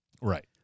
Right